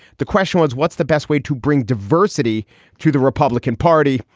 the question was, what's the best way to bring diversity to the republican party?